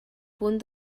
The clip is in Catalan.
punt